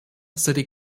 city